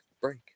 break